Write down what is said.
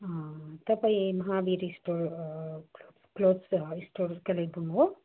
तपाईँ Mahavir store clothes store Kalimpong हो